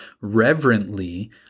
reverently